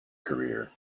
career